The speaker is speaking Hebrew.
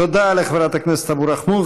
תודה לחברת הכנסת אבו רחמון.